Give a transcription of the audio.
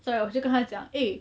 所以我就跟他讲 eh